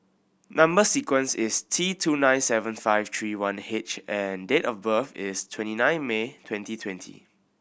number sequence is T two nine seven five three one eight H and date of birth is twenty nine May twenty twenty